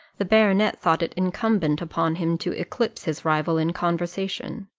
the baronet thought it incumbent upon him to eclipse his rival in conversation,